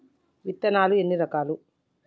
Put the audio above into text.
విత్తనాలు ఎన్ని రకాలు?